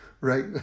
right